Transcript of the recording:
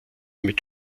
mit